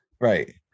right